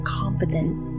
confidence